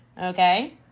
Okay